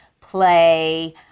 play